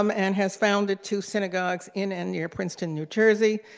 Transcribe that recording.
um and has founded two synagogues in and near princeton, new jersey.